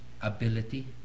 ability